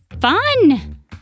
fun